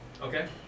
Okay